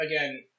again